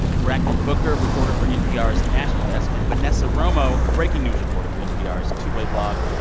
brakkton booker, reporter for npr's national desk, and vanessa romo, breaking news reporter for npr's two-way blog.